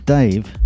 Dave